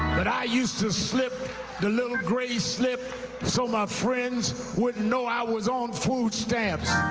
but i used to slip the little gray slip so my friends wouldn't know i was on food stamps,